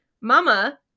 mama